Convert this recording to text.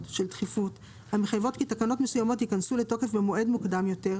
של דחיפות המחייבות כי תקנות מסוימות ייכנסו לתוקף במועד מוקדם יותר,